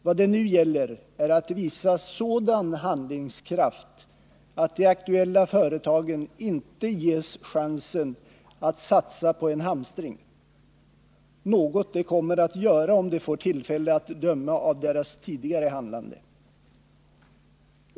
Vad det nu gäller är att visa sådan handlingskraft att de aktuella företagen inte ges chansen att satsa på en hamstring— något de kommer att göra om de får tillfälle, att döma av deras tidigare handlande.